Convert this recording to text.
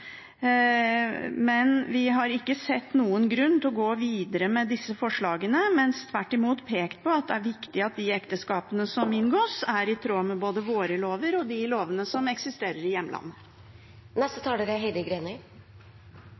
Men vi har ikke sett noen grunn til å gå videre med disse forslagene, men tvert imot pekt på at det er viktig at de ekteskapene som inngås, er i tråd med både våre lover og de lovene som eksisterer i hjemlandet.